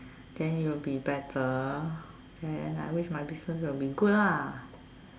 then it will be better then I wish my business will be good lah